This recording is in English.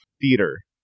Theater